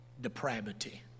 depravity